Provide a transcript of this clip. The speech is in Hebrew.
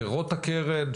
פירות הקרן,